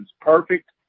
perfect